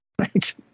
Right